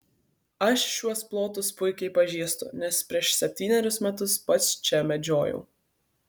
aš šiuos plotus puikiai pažįstu nes prieš septynerius metus pats čia medžiojau